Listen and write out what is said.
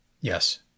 Yes